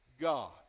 God